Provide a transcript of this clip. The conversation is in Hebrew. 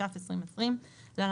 התש"ף 2020 (להלן,